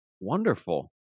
Wonderful